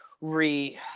re